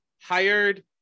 hired